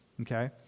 okay